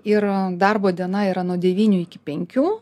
ir darbo diena yra nuo devynių iki penkių